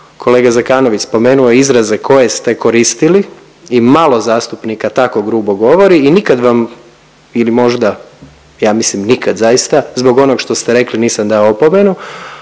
Kolega Zekanović je spomenuo izraze koje ste koristili i malo zastupnika tako grubo govori i nikad vam ili možda ja mislim nikad zaista zbog onog što ste rekli nisam dao opomenu,